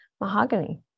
Mahogany